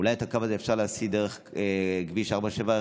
אולי את הקו הזה אפשר להסיע דרך כביש 471?